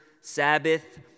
Sabbath